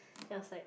then I was like